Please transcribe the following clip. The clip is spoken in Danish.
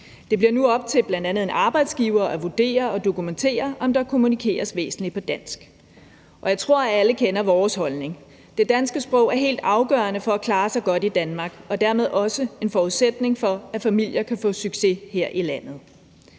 Det bliver nu op til bl.a. en arbejdsgiver at vurdere og dokumentere, om der kommunikeres væsentligt på dansk – og jeg tror, at alle kender vores holdning. Det danske sprog er helt afgørende for at klare sig godt i Danmark, og det er dermed også en forudsætning for, at familier kan få succes her i landet.